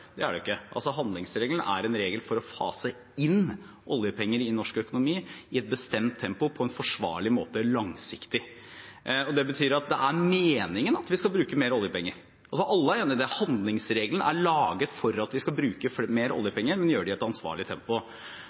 er det jo ikke. Handlingsregelen er en regel for å fase inn oljepenger i norsk økonomi i et bestemt tempo på en forsvarlig måte – langsiktig. Det betyr at det er meningen at vi skal bruke mer oljepenger. Alle er enig i det. Handlingsregelen er laget for at vi skal bruke mer oljepenger, men gjøre det i et ansvarlig tempo.